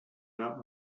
not